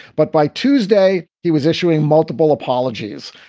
but by tuesday, he was issuing multiple apologies.